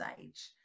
Age